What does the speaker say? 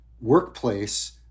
workplace